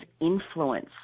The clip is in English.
influence